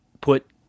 put